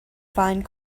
find